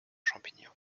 champignons